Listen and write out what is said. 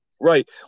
right